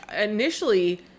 Initially